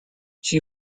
she